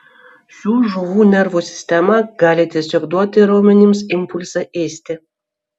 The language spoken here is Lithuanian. šių žuvų nervų sistema gali tiesiog duoti raumenims impulsą ėsti